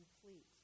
complete